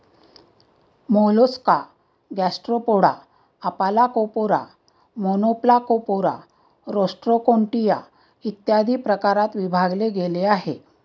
Mollusca Gastropoda, Aplacophora, Monoplacophora, Rostroconchia, इत्यादी प्रकारात विभागले गेले आहे